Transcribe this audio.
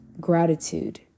gratitude